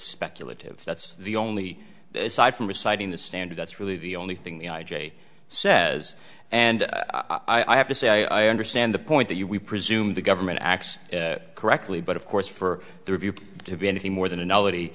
speculative that's the only side from reciting the standard that's really the only thing the i j a says and i have to say i understand the point that you we presume the government acts correctly but of course for their view to be anything more than a nobody